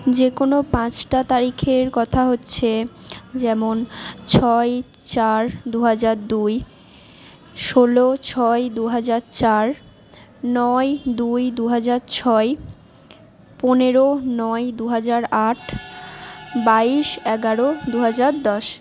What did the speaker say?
যে কোনো পাঁচটা তারিখের কথা হচ্ছে যেমন ছয় চার দুহাজার দুই ষোলো ছয় দুহাজার চার নয় দুই দুহাজার ছয় পনেরো নয় দুহাজার আট বাইশ এগারো দুহাজার দশ